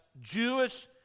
Jewish